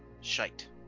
Shite